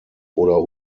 oder